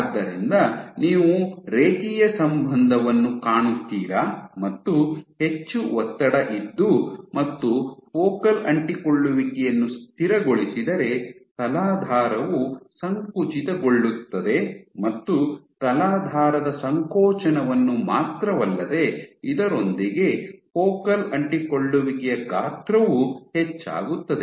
ಆದ್ದರಿಂದ ನೀವು ರೇಖೀಯ ಸಂಬಂಧವನ್ನು ಕಾಣುತ್ತೀರಾ ಮತ್ತು ಹೆಚ್ಚು ಒತ್ತಡ ಇದ್ದು ಮತ್ತು ಫೋಕಲ್ ಅಂಟಿಕೊಳ್ಳುವಿಕೆಯನ್ನು ಸ್ಥಿರಗೊಳಿಸಿದರೆ ತಲಾಧಾರವು ಸಂಕುಚಿತಗೊಳ್ಳುತ್ತದೆ ಮತ್ತು ತಲಾಧಾರದ ಸಂಕೋಚನವನ್ನು ಮಾತ್ರವಲ್ಲದೆ ಇದರೊಂದಿಗೆ ಫೋಕಲ್ ಅಂಟಿಕೊಳ್ಳುವಿಕೆಯ ಗಾತ್ರವೂ ಹೆಚ್ಚಾಗುತ್ತದೆ